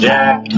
Jack